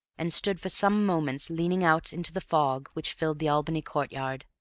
and stood for some moments leaning out into the fog which filled the albany courtyard.